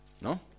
No